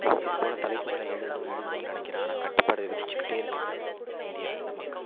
இதுப்போல் தலைப்புகளை எழுதணும் எழுதணுன்னு நினைக்கிறேன் ஆனால் கட்டுப்பாடு விதித்துக்கிட்டே இருக்குது இந்த இந்தியா இந்த மக்கள்